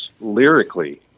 lyrically